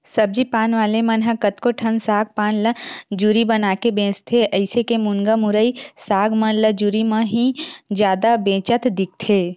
सब्जी पान वाले मन ह कतको ठन साग पान ल जुरी बनाके बेंचथे, जइसे के मुनगा, मुरई, साग मन ल जुरी म ही जादा बेंचत दिखथे